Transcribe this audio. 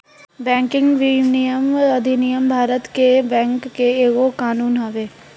banking विनियमन अधिनियम भारत में बैंक के एगो कानून हवे